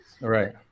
Right